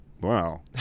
Wow